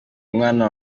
umwana